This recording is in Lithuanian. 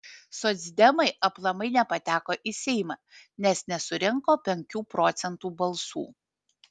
socdemai aplamai nepateko į seimą nes nesurinko penkių procentų balsų